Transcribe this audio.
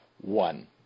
one